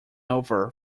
over